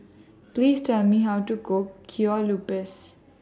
Please Tell Me How to Cook Kueh Lupis